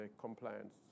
compliance